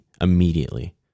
immediately